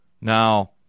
Now